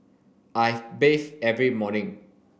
I bathe every morning